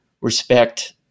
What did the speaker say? respect